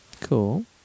Cool